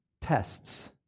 tests